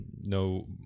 no